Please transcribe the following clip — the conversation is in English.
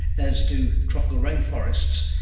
as do tropical rainforests.